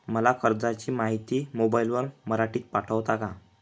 मला कर्जाची माहिती मोबाईलवर मराठीत पाठवता का?